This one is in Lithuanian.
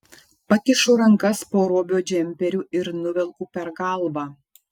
pakišu rankas po robio džemperiu ir nuvelku per galvą